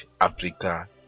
Africa